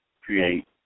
create